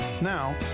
now